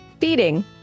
Feeding